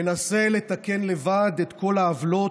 מנסה לתקן לבד את כל העוולות,